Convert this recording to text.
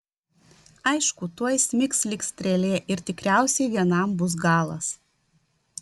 aišku tuoj smigs lyg strėlė ir tikriausiai vienam bus galas